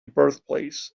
birthplace